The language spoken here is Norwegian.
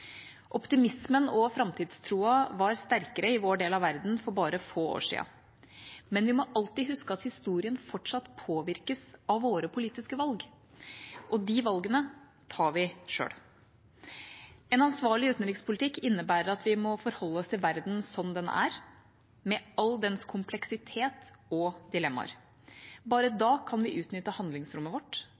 Optimismen og framtidstroen var sterkere i vår del av verden for bare få år siden. Men vi må alltid huske at historien fortsatt påvirkes av våre politiske valg, og de valgene tar vi selv. En ansvarlig utenrikspolitikk innebærer at vi må forholde oss til verden slik den er, med all dens kompleksitet og dilemmaer. Bare da kan vi utnytte handlingsrommet vårt.